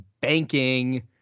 banking